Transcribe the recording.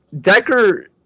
Decker